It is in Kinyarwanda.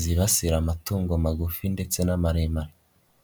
zibasira amatungo magufi ndetse n'amaremare.